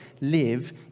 live